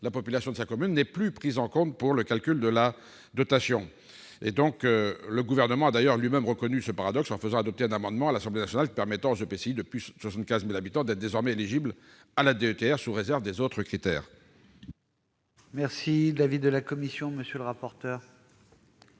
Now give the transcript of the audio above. la population de sa commune n'est plus prise en compte pour le calcul de la dotation. Le Gouvernement a d'ailleurs lui-même reconnu ce paradoxe, en faisant adopter un amendement à l'Assemblée nationale permettant aux EPCI de plus de 75 000 habitants d'être désormais éligibles à la DETR, sous certaines réserves. Quel est l'avis de la commission ? Cet